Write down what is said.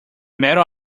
metal